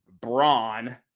Braun